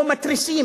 או מתריסים,